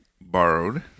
borrowed